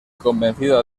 convencido